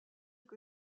que